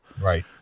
Right